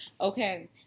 okay